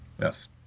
Yes